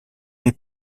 est